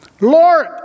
Lord